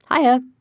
Hiya